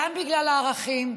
גם בגלל הערכים,